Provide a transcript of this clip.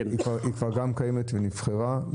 היא כבר גם קיימת ונבחרה?